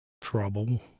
trouble